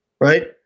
right